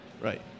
right